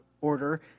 order